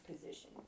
position